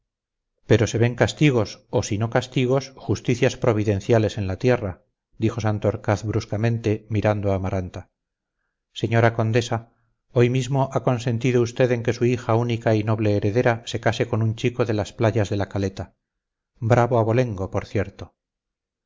pero se ven castigos o si no castigos justicias providenciales en la tierra dijo santorcaz bruscamente mirando a amaranta señora condesa hoy mismo ha consentido usted que su hija única y noble heredera se case con un chico de las playas de la caleta bravo abolengo por cierto